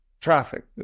traffic